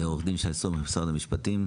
עורך דין שי סומך שר המשפטים,